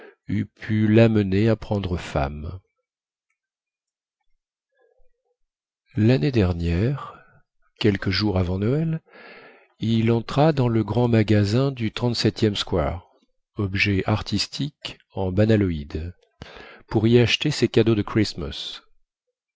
pu lamener à prendre femme lannée dernière quelques jours avant noël il entra dans le grand magasin du th square objets artistiques en banaloïd pour y acheter ses cadeaux de christmas